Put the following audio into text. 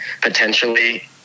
potentially